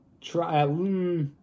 try